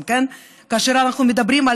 כאשר אנחנו מדברים על